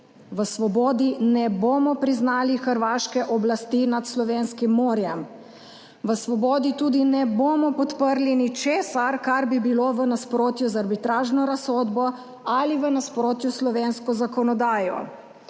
V Svobodi ne bomo priznali hrvaške oblasti nad slovenskim morjem. V Svobodi tudi ne bomo podprli ničesar, kar bi bilo v nasprotju z arbitražno razsodbo ali v nasprotju s slovensko zakonodajo.